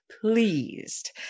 pleased